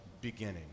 beginning